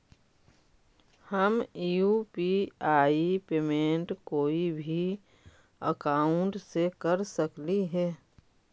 हम UPI payment कोई भी अकाउंट से कर सकली हे?